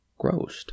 grossed